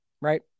right